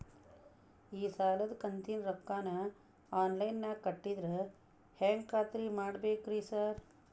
ಈ ಸಾಲದ ಕಂತಿನ ರೊಕ್ಕನಾ ಆನ್ಲೈನ್ ನಾಗ ಕಟ್ಟಿದ್ರ ಹೆಂಗ್ ಖಾತ್ರಿ ಮಾಡ್ಬೇಕ್ರಿ ಸಾರ್?